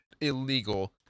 illegal